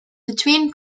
between